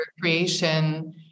creation